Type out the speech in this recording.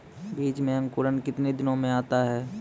बीज मे अंकुरण कितने दिनों मे आता हैं?